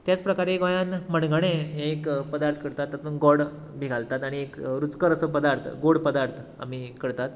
तेच प्रकारे गोंयान मणगणें एक पदार्थ करतात तातूंत भितर गोड बी घालतात आनी एक रुचकर असो पदार्थ गोड पदार्थ आमी करतात